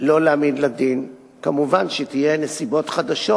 שלא להעמיד לדין, מובן שיהיו נסיבות חדשות